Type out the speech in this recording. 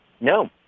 No